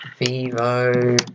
Vivo